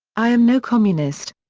i am no communist.